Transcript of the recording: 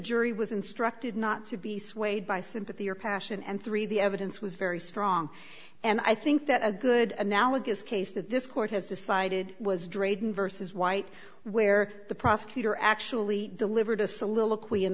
jury was instructed not to be swayed by sympathy or passion and three the evidence was very strong and i think that a good analogous case that this court has decided was drayton versus white where the prosecutor actually delivered a soliloquy in